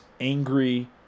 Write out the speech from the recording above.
angry